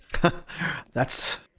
That's-